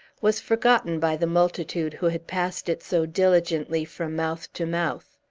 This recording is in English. was forgotten by the multitude who had passed it so diligently from mouth to mouth.